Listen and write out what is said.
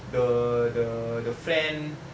the the the friend